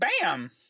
Bam